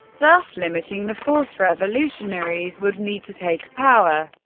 thus limiting the force revolutionaries would need to take power.